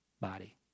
body